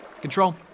Control